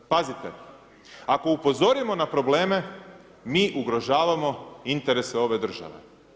Pazite, ako upozorite na probleme, mi ugrožavamo interese ove države.